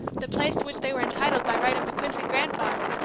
the place to which they were entitled by right of the quincy grandfather,